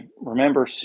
remember